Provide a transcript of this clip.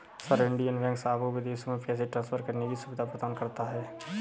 sir, Indian banks आपको विदेशों में पैसे ट्रान्सफर करने की सुविधा प्रदान करते हैं